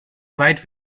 weit